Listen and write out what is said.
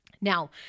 Now